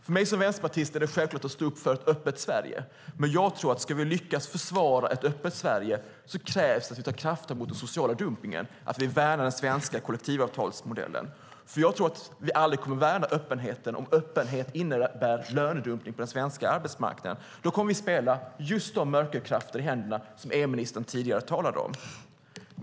För mig som vänsterpartist är det självklart att stå upp för ett öppet Sverige, men om vi ska lyckas försvara ett öppet Sverige tror jag att det krävs krafttag mot den sociala dumpningen, att vi värnar den svenska kollektivavtalsmodellen. Jag tror inte att vi någonsin kommer att värna öppenheten om öppenhet innebär lönedumpning på den svenska arbetsmarknaden. Då kommer vi att spela just de mörka krafter i händerna som EU-ministern tidigare talade om.